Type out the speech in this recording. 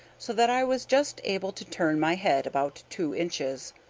so that i was just able to turn my head about two inches.